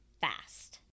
fast